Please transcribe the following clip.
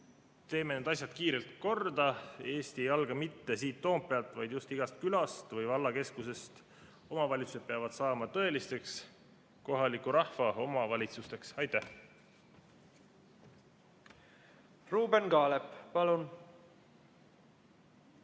Teeme need asjad kiirelt korda! Eesti ei alga mitte siit Toompealt, vaid igast külast või vallakeskusest. Omavalitsused peavad saama tõelisteks kohaliku rahva omavalitsusteks. Aitäh!